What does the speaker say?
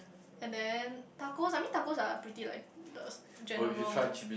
and then tacos I mean tacos are pretty like the general one